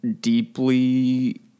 deeply